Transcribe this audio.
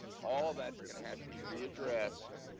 all that's gonna have to be readdressed.